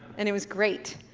and it was great.